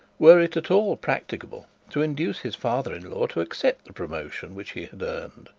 were it at all practicable to induce his father-in-law to accept the promotion which he had earned.